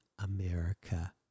America